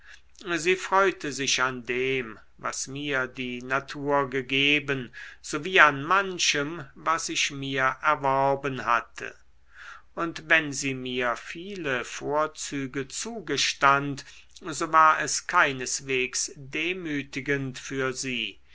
sie freute sich an dem was mir die natur gegeben sowie an manchem was ich mir erworben hatte und wenn sie mir viele vorzüge zugestand so war es keineswegs demütigend für sie